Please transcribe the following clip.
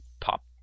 pop